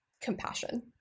compassion